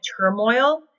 turmoil